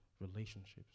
relationships